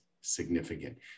significant